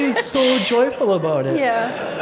so joyful about it yeah,